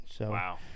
Wow